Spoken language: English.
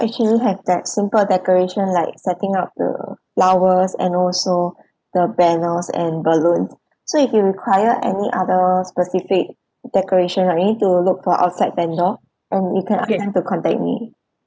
actually have that simple decoration like setting up the flowers and also the banners and balloons so if you require any other specific decoration right you'll need to look for outside vendor and you can ask them to contact me